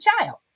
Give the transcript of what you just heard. child